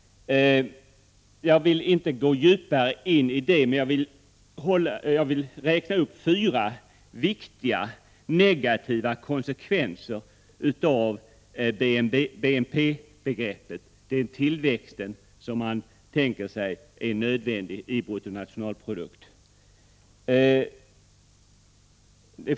Jag vill inte gå djupare in i den diskussionen, men jag vill nämna fyra viktiga negativa konsekvenser av det BNP-begreppet. Det är tillväxten som man tänker sig är nödvändig i BNP.